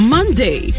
Monday